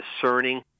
discerning